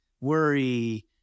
worry